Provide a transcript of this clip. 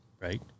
right